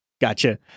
Gotcha